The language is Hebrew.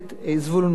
שלי יחימוביץ,